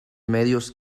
medios